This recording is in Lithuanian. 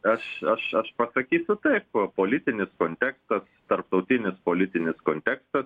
aš aš pasakysiu taip politinis kontekstas tarptautinis politinis kontekstas